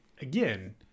again